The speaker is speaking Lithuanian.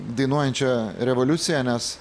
dainuojančia revoliucija nes